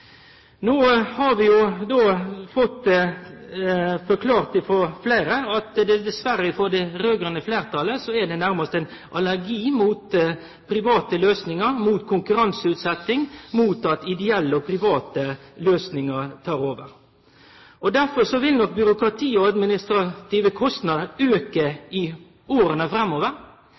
No har vi fått forklart frå fleire at det frå det raud-grøne fleirtalet dessverre nærast er ein allergi mot private løysingar, mot konkurranseutsetjing, mot at ideelle og private løysingar tek over. Derfor vil nok byråkratiet og administrative kostnader auke i åra framover,